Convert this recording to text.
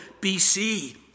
BC